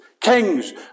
kings